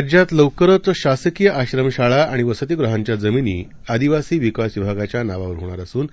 राज्यात लवकरच शासकीय आश्रम शाळा आणि वसतिगृहांच्या जमिनी आदिवासी विकास विभागाच्या नावावर होणार असून